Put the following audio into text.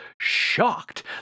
shocked